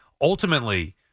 ultimately